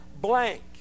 blank